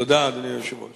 תודה, אדוני היושב-ראש.